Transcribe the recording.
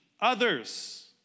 others